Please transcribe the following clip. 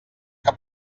que